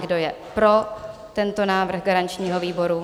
Kdo je pro tento návrh garančního výboru?